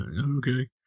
Okay